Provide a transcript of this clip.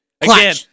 Again